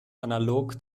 analog